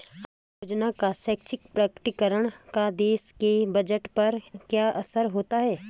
आय योजना का स्वैच्छिक प्रकटीकरण का देश के बजट पर क्या असर होता है?